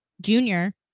junior